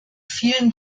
vielen